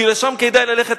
כי לשם כדאי ללכת,